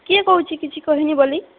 କିଏ କହୁଛି କିଛି କହିନି ବୋଲି